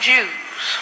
Jews